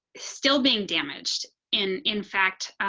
still being damaged in, in fact,